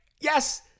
Yes